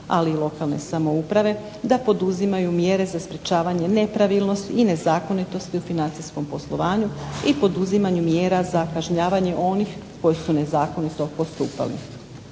ali i lokalne samouprave da poduzimaju mjere za sprečavanje nepravilnosti i nezakonitosti u financijskom poslovanju i poduzimanju mjera za kažnjavanje onih koji su nezakonito postupali.